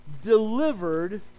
delivered